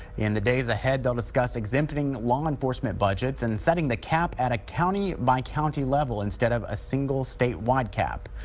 in the days ahead they'll discuss exempting law enforcement budgets and setting the cap at a county by county level instead of a single statewide cap.